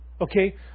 okay